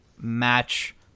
match